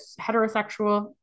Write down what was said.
heterosexual